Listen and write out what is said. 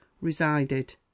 resided